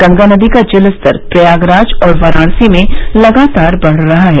गंगा नदी का जलस्तर प्रयागराज और वाराणसी में लगातार बढ़ रहा है